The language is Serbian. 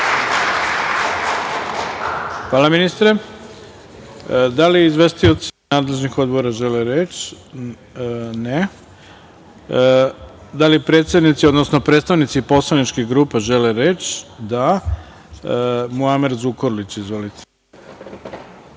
Hvala, ministre. Da li izvestioci nadležnih odbora žele reč? (Ne.)Da li predsednici, odnosno predstavnici poslaničkih grupa žele reč? (Da.)Reč ima Muamer Zukorlić. Izvolite.